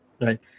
right